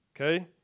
Okay